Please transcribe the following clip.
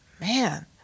man